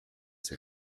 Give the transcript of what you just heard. ses